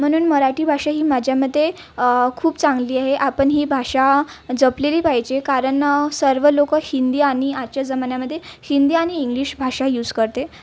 म्हणून मराठी भाषा ही माझ्यामते खूप चांगली आहे आपण ही भाषा जपलेली पाहिजे कारण सर्व लोक हिंदी आणि आजच्या जमान्यामध्ये हिंदी आणि इंग्लिश भाषा यूस करते